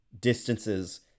distances